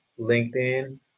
LinkedIn